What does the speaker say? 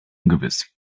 ungewiss